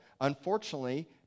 unfortunately